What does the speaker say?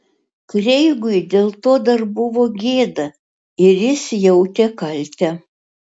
kreigui dėl to dar buvo gėda ir jis jautė kaltę